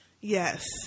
yes